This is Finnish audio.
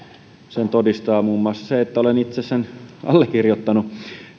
sen todistaa muun muassa se että olen itse sen allekirjoittanut